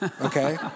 Okay